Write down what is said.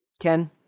Ken